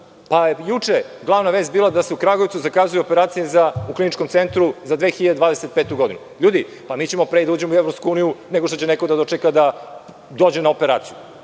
u Kragujevcu bila da se u Kragujevcu zakazuje operacija u Kliničkom centru za 2025. godina. Ljudi mi ćemo pre da uđemo u EU, nego što će neko da dočeka da dođe na operaciju.